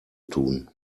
tun